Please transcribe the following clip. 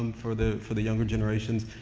um for the, for the younger generations.